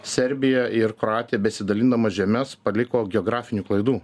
serbija ir kroatija besidalinamos žemes paliko geografinių klaidų